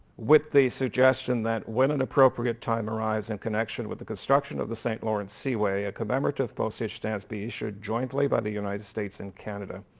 with the suggestion that when an appropriate time arrives in and connection with the construction of the st. lawrence seaway a commemorative postage stamp be issued jointly by the united states and canada.